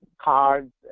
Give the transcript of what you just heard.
cards